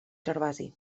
gervasi